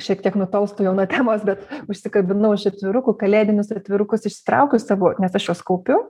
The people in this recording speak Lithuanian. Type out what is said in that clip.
šiek tiek nutolstu jau nuo temos bet užsikabinau už atvirukų kalėdinius atvirukus išsitraukiu savo nes aš juos kaupiu